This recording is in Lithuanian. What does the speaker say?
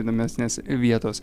įdomesnės vietos